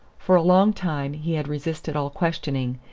for a long time he had resisted all questioning,